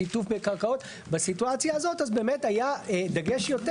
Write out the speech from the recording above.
שיתוף בקרקעות - בסיטואציה הזאת אז באמת היה דגש יותר